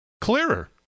clearer